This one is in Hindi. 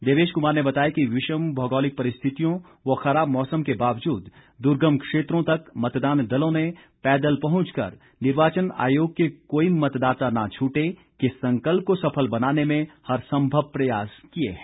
देवेश कुमार ने बताया कि विषम भौगोलिक परिस्थितियों व खराब मौसम के बावजूद दुर्गम क्षेत्रों तक मतदान दलों ने पैदल पहुंचकर निर्वाचन आयोग के कोई मतदाता न छूटे के संकल्प को सफल बनाने में हर सम्भव प्रयास किए हैं